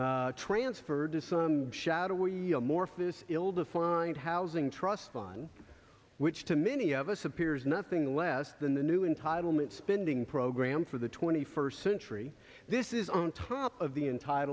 transferred to some shadowy amorphous ill defined housing trust on which to many of us appears nothing less than the new entitlement spending program for the twenty first century this is on top of the enti